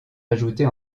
ajoutés